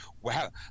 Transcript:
wow